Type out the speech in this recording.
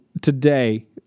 today